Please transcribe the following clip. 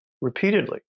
repeatedly